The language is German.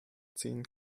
ziehen